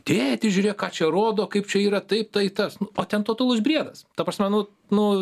tėti žiūrėk ką čia rodo kaip čia yra taip tai tas o ten totalus briedas ta prasme nu nu